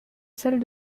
celle